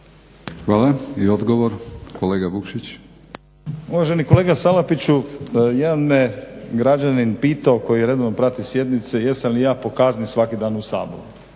laburisti - Stranka rada)** Uvaženi kolega Salapiću jedan me građanin pitao koji redovno prati sjednice jesam li ja po kazni svaki dan u Saboru.